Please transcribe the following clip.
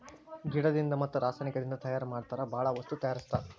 ಗಿಡದಿಂದ ಮತ್ತ ರಸಾಯನಿಕದಿಂದ ತಯಾರ ಮಾಡತಾರ ಬಾಳ ವಸ್ತು ತಯಾರಸ್ತಾರ